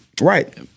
Right